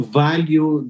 value